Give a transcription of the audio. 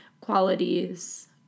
qualities